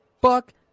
Fuck